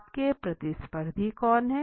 आपके प्रतिस्पर्धी कौन हैं